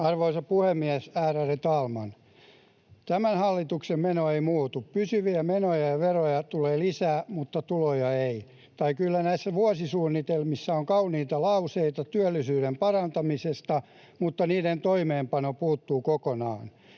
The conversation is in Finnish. Arvoisa puhemies, ärade talman! Tämän hallituksen meno ei muutu: pysyviä menoja ja veroja tulee lisää mutta tuloja ei. Tai kyllä näissä vuosisuunnitelmissa on kauniita lauseita työllisyyden parantamisesta, mutta niiden toimeenpano puuttuu kokonaan.